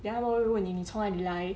then 他们会问你你从哪里来